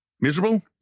miserable